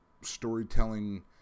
storytelling